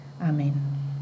Amen